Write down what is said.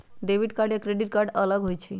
Debit card या credit card अलग होईछ ई?